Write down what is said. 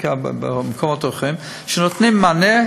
אלא בעיקר במקומות אחרים שנותנים מענה,